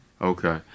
Okay